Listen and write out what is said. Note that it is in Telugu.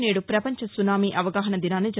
నేదు పపంచ సునామీ అవగాహన దినాన్ని న్